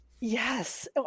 Yes